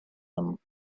them